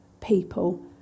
people